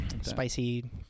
spicy